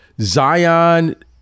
Zion